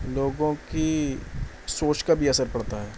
لوگوں کی سوچ کا بھی اثر پڑتا ہے